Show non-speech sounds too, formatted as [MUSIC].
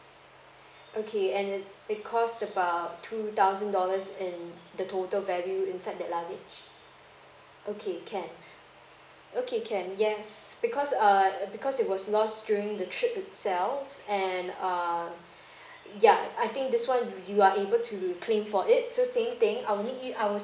okay and it it cost about two thousand dollars in the total value inside that luggage okay can okay can yes because err because it was lost during the trip itself and err [BREATH] yeah I think this one you are able to be claim for it so same thing I will need you I will